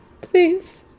Please